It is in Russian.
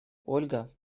ольга